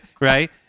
right